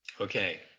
Okay